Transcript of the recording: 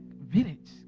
Village